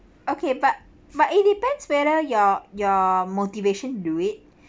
okay but but it depends whether your your motivation do it